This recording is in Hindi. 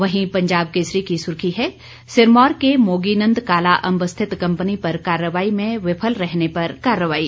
वहीं पंजाब केसरी की सुर्खी है सिरमौर के मोगीनंद कालाअंब रिथत कंपनी पर र्कारवाई में विफल रहने पर कार्रवाई